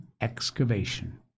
excavation